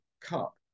cup